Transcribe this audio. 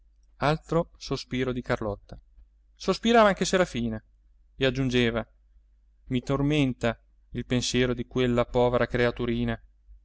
altro sospiro di carlotta sospirava anche serafina e aggiungeva i tormenta il pensiero di quella povera creaturina